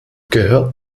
gehört